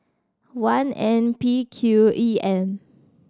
one N P Q E M